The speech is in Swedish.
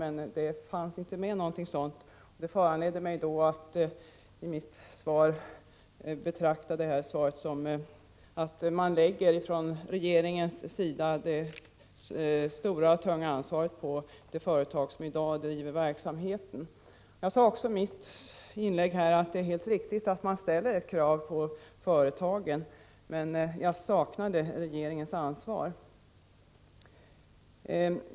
Men något sådant fanns inte med. Det föranledde mig att i mitt inlägg betrakta svaret så, att man från regeringens sida lägger det stora och tunga ansvaret på det företag som i dag driver verksamheten. Jag sade också i mitt inlägg att det är helt riktigt att man ställer krav på företaget, men jag saknade regeringens ansvar.